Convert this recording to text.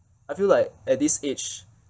I feel like at this age